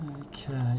Okay